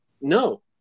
No